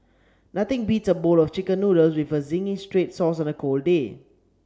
nothing beats a bowl of chicken noodles with zingy red sauce on a cold day